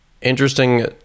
interesting